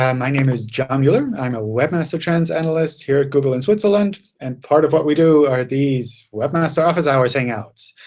um my name is john mueller. i'm a webmaster trends analyst here at google in switzerland. and part of what we do are these webmaster office hours hangouts,